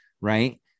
right